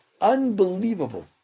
unbelievable